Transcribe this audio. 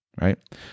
right